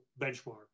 benchmark